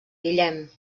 guillem